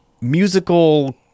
musical